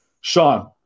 Sean